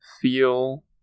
feel